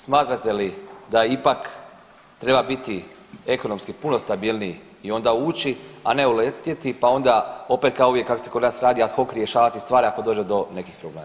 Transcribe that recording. Smatrate li da ipak treba biti ekonomski puno stabilniji i onda ući, a ne uletjeti pa onda opet uvijek kako se kod nas radi ad hoc rješavati stvari ako dođe do nekih problema.